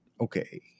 Okay